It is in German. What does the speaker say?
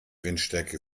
windstärke